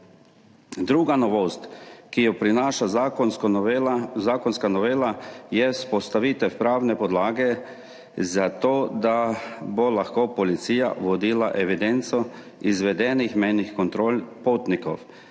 Druga novost, ki jo prinaša zakonska novela je vzpostavitev pravne podlage za to, da bo lahko policija vodila evidenco izvedenih mejnih kontrol potnikov,